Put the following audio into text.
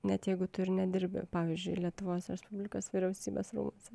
net jeigu tu ir nedirbi pavyzdžiui lietuvos respublikos vyriausybės rūmuose